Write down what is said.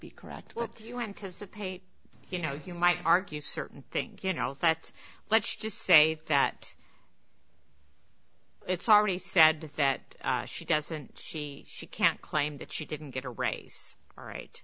be correct what do you anticipate you know you might argue certain things you know that let's just say that it's already said that she doesn't she she can't claim that she didn't get a raise right